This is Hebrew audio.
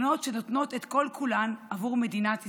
בנות שנותנות את כל-כולן עבור מדינת ישראל,